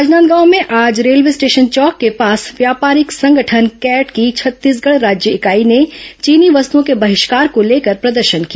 राजनांदगांव में आज railway station चौक के पास व्यापारिक संगठन कैट की छत्तीसगढ़ राज्य इकाई ने चीनी वस्तुओं के बहिष्कार को लेकर प्रदर्शन किया